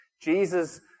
Jesus